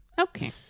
Okay